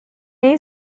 این